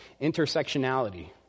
intersectionality